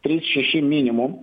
trys šeši minimum